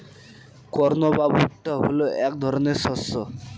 corn বা ভুট্টা হলো এক ধরনের শস্য